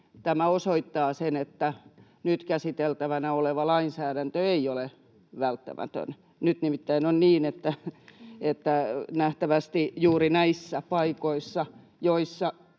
tämä osoittaa sen, että nyt käsiteltävänä oleva lainsäädäntö ei ole välttämätön. Nyt nimittäin on niin, että nähtävästi juuri näissä paikoissa, joissa